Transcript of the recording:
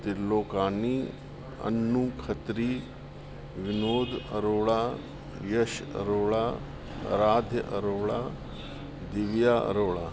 Trilokani Anu Khatri Vinod Arora Yash Arora Aradhya Arora Divya Arora